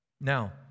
Now